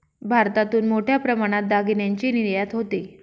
भारतातून मोठ्या प्रमाणात दागिन्यांची निर्यात होते